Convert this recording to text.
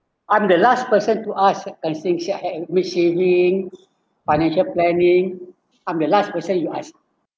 I'm the last person to ask at which saving financial planning I'm the last person you ask